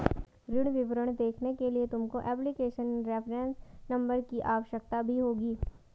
ऋण विवरण देखने के लिए तुमको एप्लीकेशन रेफरेंस नंबर की आवश्यकता भी होगी